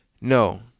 No